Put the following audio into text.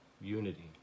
unity